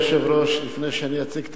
אדוני היושב-ראש, לפני שאני אציג את